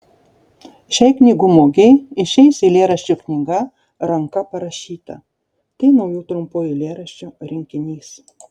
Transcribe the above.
šiai knygų mugei išeis eilėraščių knyga ranka parašyta tai naujų trumpų eilėraščių rinkinys